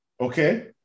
okay